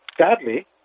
sadly